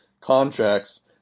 contracts